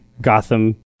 Gotham